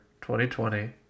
2020